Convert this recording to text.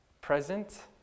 present